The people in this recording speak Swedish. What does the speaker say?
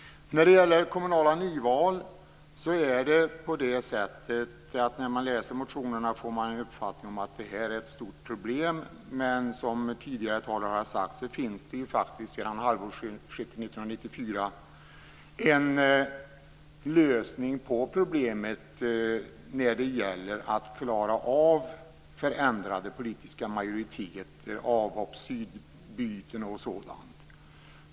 När det gäller kommunala nyval får man av motionerna den uppfattningen att det är ett stort problem. Som tidigare talare här sagt finns det faktiskt sedan halvårsskiftet 1994 en lösning på problemet med förändrade politiska majoriteter vid sidbyten och annat.